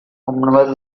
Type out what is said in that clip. commonwealth